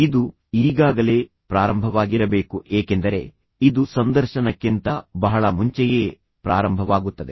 ಇದು ಈಗಾಗಲೇ ಪ್ರಾರಂಭವಾಗಿರಬೇಕು ಏಕೆಂದರೆ ಇದು ಸಂದರ್ಶನಕ್ಕಿಂತ ಬಹಳ ಮುಂಚೆಯೇ ಪ್ರಾರಂಭವಾಗುತ್ತದೆ